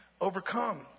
overcome